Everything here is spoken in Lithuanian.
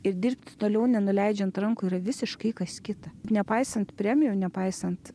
ir dirbti toliau nenuleidžiant rankų yra visiškai kas kita ir nepaisant premijų ir nepaisant